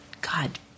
God